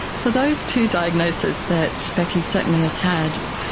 so those two diagnoses that becky certainly has had,